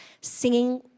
singing